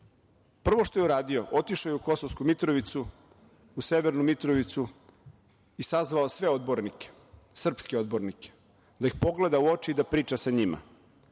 prvo što je uradio otišao je u Kosovsku Mitrovicu, u Severnu Mitrovicu i sazvao sve odbornike, srpske odbornike da ih pogleda u oči i da priča sa njima.